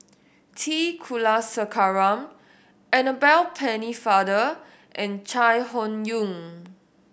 T Kulasekaram Annabel Pennefather and Chai Hon Yoong